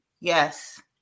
Yes